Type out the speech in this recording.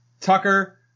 tucker